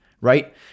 right